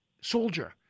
soldier